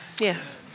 Yes